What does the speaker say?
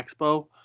Expo